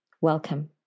welcome